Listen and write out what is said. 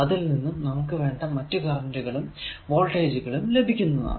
അതിൽ നിന്നും നമുക്ക് വേണ്ട മറ്റു കറന്റുകളും വോൾടേജുകളും ലഭിക്കുന്നതാണ്